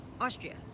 austria